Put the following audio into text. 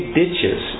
ditches